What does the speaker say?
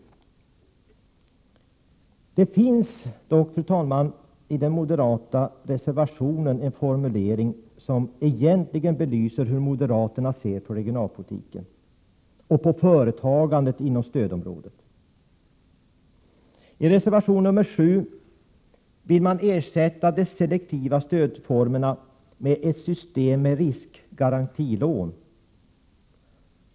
Det finns i den moderata reservationen en formulering som egentligen belyser hur moderaterna ser på regionalpolitiken och på företagandet inom stödområdet. I reservation 7 framför moderaterna att de vill 63 ersätta de selektiva stödformerna med ett system med riskgarantilån.